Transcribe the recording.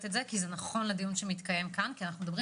את זה כי זה נכון לדיון שמתקיים כאן כי אנחנו מדברים